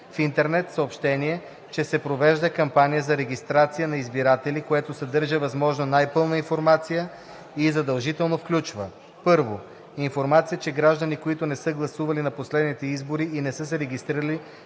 в интернет съобщение, че се провежда кампания за регистрация на избиратели, което съдържа възможно най-пълна информация и задължително включва: 1. информация, че граждани, които не са гласували на последните избори и не са се регистрирали,